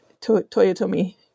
Toyotomi